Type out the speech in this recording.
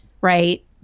right